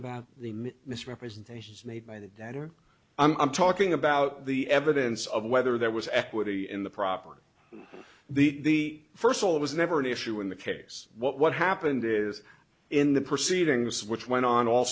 about the misrepresentations made by the debtor i'm talking about the evidence of whether there was equity in the property the first of all it was never an issue in the case what happened is in the proceedings which went on all